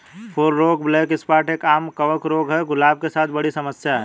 फूल रोग black spot एक, आम कवक रोग है, गुलाब के साथ बड़ी समस्या है